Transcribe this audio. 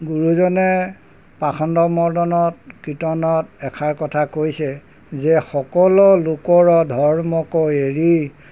গুৰুজনে পাশণ্ডমৰ্দনত কীৰ্তনত এষাৰ কথা কৈছে যে সকলো লোকৰ ধৰ্মক এৰি